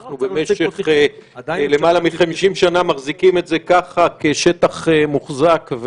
שאנחנו במשך למעלה מ-50 שנה מחזיקים את זה ככה כשטח מוחזק.